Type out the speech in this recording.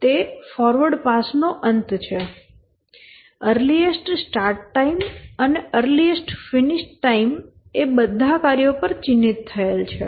તે જ forward pass નો અંત છે અર્લીએસ્ટ સ્ટાર્ટ ટાઈમ અને અર્લીએસ્ટ ફિનિશ ટાઈમ એ બધા કાર્યો પર ચિહ્નિત થયેલ છે